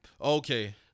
Okay